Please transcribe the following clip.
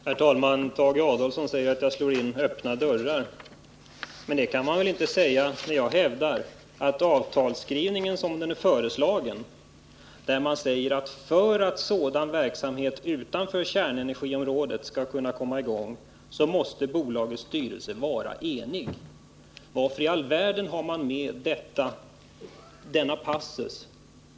Herr talman! Tage Adolfsson säger att jag slår in öppna dörrar. Men det kan man väl inte säga, när det i den föreslagna avtalsskrivningen sägs att för att sådan verksamhet utanför kärnenergiområdet skall kunna komma i gång måste bolagets styrelse vara enig. Varför i all världen har man med denna passus?